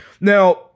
Now